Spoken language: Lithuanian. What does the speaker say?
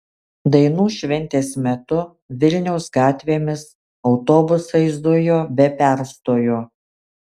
dainų šventės metu vilniaus gatvėmis autobusai zujo be perstojo